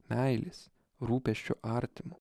meilės rūpesčio artimu